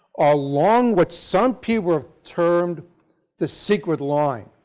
along what some people have termed the secret line.